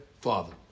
father